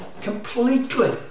completely